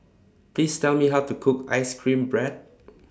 Please Tell Me How to Cook Ice Cream Bread